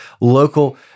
local